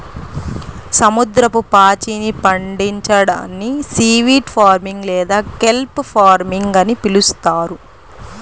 సముద్రపు పాచిని పండించడాన్ని సీవీడ్ ఫార్మింగ్ లేదా కెల్ప్ ఫార్మింగ్ అని పిలుస్తారు